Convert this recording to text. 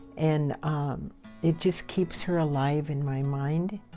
and it just keeps her alive in my mind.